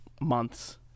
months